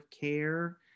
care